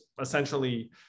essentially